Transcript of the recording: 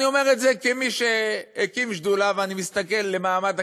אני אומר את זה כמי שהקים שדולה למעמד הכנסת,